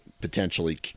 potentially